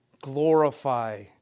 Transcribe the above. glorify